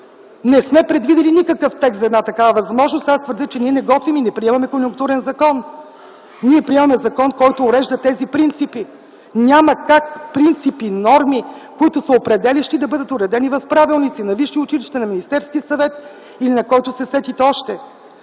Не сме предвидили никакъв текст за една такава възможност. Аз твърдя, че ние не готвим и не приемаме конюнктурен закон. Ние приемаме закон, който урежда тези принципи. Няма как принципи, норми, които са определящи, да бъдат уредени в правилници на висши училища, на Министерския съвет или на който се сетите още.